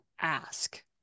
ask